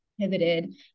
Pivoted